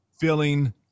filling